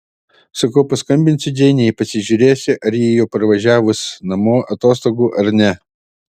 sakau paskambinsiu džeinei pasižiūrėsiu ar ji jau parvažiavus namo atostogų ar ne